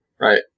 right